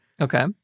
okay